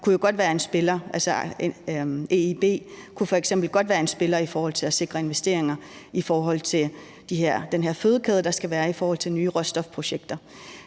kunne jo godt være en spiller. EIB kunne f.eks. godt være en spiller til at sikre investeringer i forhold til den her fødekæde, der skal være i forhold til nye råstofprojekter.